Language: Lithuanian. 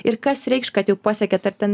ir kas reikš kad jau pasiekėt ar ten